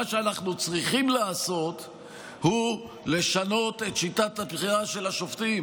מה שאנחנו צריכים לעשות הוא לשנות את שיטת הבחירה של השופטים,